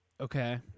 Okay